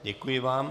Děkuji vám.